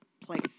place